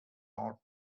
north